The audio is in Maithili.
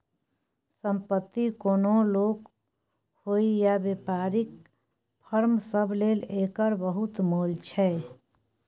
संपत्ति कोनो लोक होइ या बेपारीक फर्म सब लेल एकर बहुत मोल छै